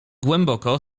głęboko